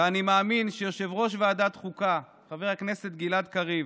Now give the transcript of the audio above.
ואני מאמין שיושב-ראש ועדת החוקה חבר הכנסת גלעד קריב,